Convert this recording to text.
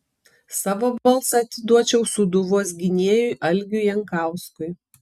savo balsą atiduočiau sūduvos gynėjui algiui jankauskui